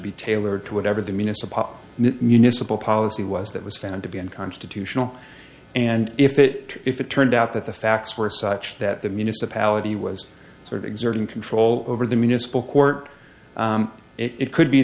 be tailored to whatever the municipal municipal policy was that was found to be unconstitutional and if it if it turned out that the facts were such that the municipality was sort of exerting control over the municipal court it could be